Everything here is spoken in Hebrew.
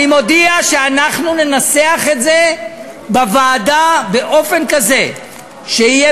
אני מודיע שאנחנו ננסח את זה בוועדה באופן כזה שיהיה